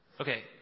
Okay